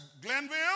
Glenville